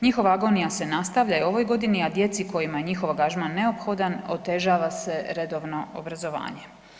Njihova agonija se nastavlja i u ovoj godini, a djeci kojima je njihov angažman neophodan otežava se redovno obrazovanje.